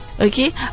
okay